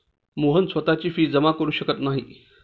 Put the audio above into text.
मोहन स्वतःची फी जमा करु शकत नाही